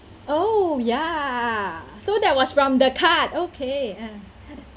oh ya so that was from the card okay